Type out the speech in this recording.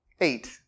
Eight